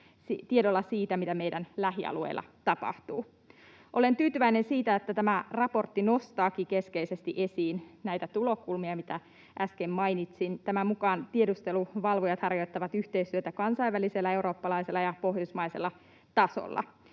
siitä, mitä meidän lähialueillamme tapahtuu. Olen tyytyväinen siitä, että tämä raportti nostaakin keskeisesti esiin näitä tulokulmia, joita äsken mainitsin. Tämän mukaan tiedusteluvalvojat harjoittavat yhteistyötä kansainvälisellä, eurooppalaisella ja pohjoismaisella tasolla.